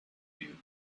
you